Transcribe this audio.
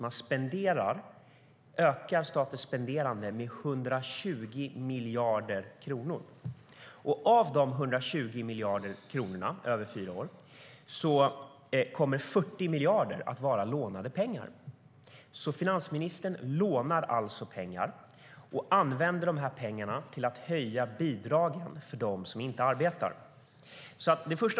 Man ökar statens spenderande med 120 miljarder kronor över fyra år. Av dessa 120 miljarder kronor kommer 40 miljarder att vara lånade pengar. Finansministern lånar alltså pengar och använder dem till att höja bidragen för dem som inte arbetar.